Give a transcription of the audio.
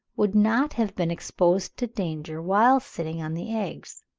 would not have been exposed to danger whilst sitting on the eggs.